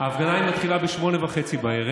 ההפגנה מתחילה ב-20:30.